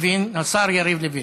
השר יריב לוין.